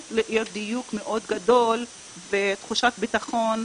להיות דיוק מאוד גדול ותחושת ביטחון.